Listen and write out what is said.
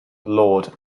lord